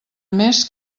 més